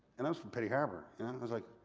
and i was from petty harbour. yeah i was like.